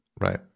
right